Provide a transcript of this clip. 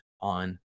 on